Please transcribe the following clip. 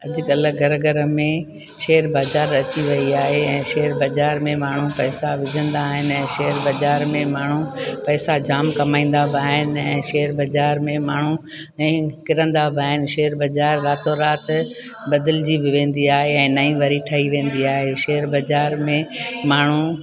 अॼुकल्ह घर घर में शेयर बज़ार अची वेई आहे ऐं बज़ार में माण्हू पैसा विझंदा आहिनि शेयर बज़ार में माण्हू पैसा जामु कमाईंदा बि आहिनि शेयर बज़ार में माण्हू ऐं हिन किरंदा बि आहिनि शेयर बज़ार रातो राति बदिलिजी बि वेंदी आहे ऐं नईं वरी ठही वेंदी आहे शेयर बज़ार में माण्हू